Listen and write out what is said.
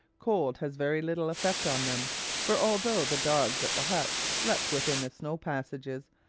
cold has very little effect on them for although the dogs at the huts slept within the snow passages,